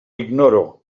ignoro